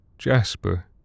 Jasper